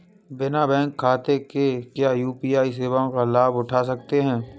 बिना बैंक खाते के क्या यू.पी.आई सेवाओं का लाभ उठा सकते हैं?